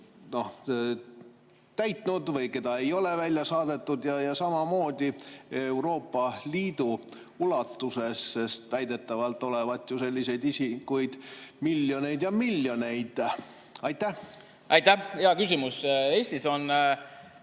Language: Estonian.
täitnud või keda ei ole välja saadetud? Samamoodi Euroopa Liidu ulatuses, sest väidetavalt olevat ju selliseid isikuid miljoneid ja miljoneid. Austatud eesistuja!